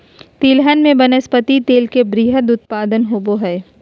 तिलहन में वनस्पति तेल के वृहत उत्पादन होबो हइ